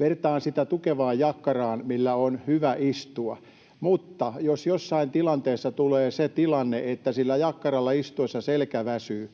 Vertaan sitä tukevaan jakkaraan, millä on hyvä istua. Mutta jos jossain tilanteessa tulee se tilanne, että sillä jakkaralla istuessa selkä väsyy,